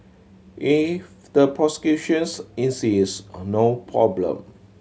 if the prosecutions insist on no problem